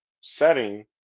setting